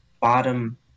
bottom